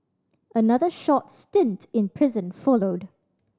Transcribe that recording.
another short stint in prison followed